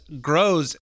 grows